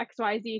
XYZ